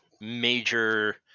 major